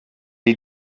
est